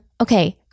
Okay